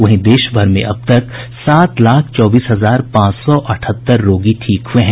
वहीं देश भर में अब तक सात लाख चौबीस हजार पांच सौ अठहत्तर रोगी ठीक हुए हैं